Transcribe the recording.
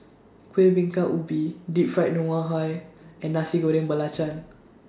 Kueh Bingka Ubi Deep Fried Ngoh Hi and Nasi Goreng Belacan